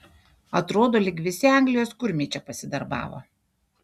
atrodo lyg visi anglijos kurmiai čia pasidarbavo